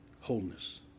Wholeness